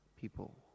people